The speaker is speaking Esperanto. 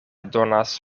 donas